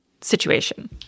situation